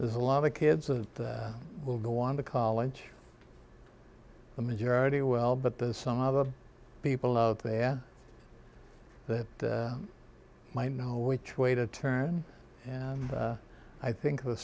there's a lot of kids a will go on to college the majority well but there's some other people out there that might know which way to turn and i think the